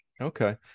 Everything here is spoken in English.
Okay